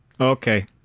Okay